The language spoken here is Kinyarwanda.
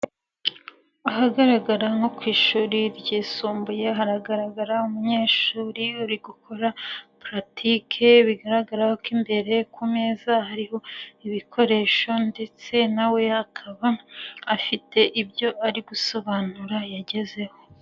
Ahagaragara nko ku ishuri ryisumbuye hagaragara umunyeshuri uri gukora pratike bigaragara ko imbere ku meza hariho ibikoresho ndetse nawe we akaba afite ibyo ari gusobanura yagezeho.